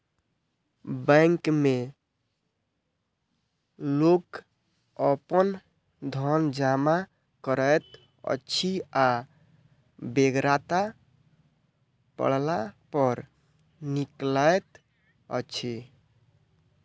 bank मे लोक अपन धन जमा करैत अछि आ बेगरता पड़ला पर निकालैत अछि